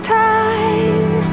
time